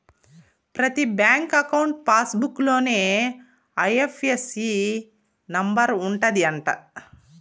ప్రతి bank account passbook లోనే IFSC number ఉంటది అంట